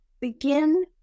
begin